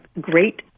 great